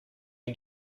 you